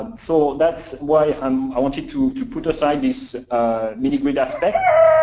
um so that's why um i wanted to to put aside this mini-grid aspect,